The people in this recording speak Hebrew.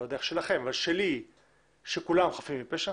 לא יודע איך שלכם שכולם חפים מפשע